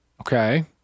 Okay